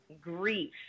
grief